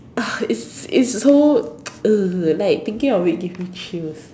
!ah! it's it's so !ugh! like thinking of it gives me chills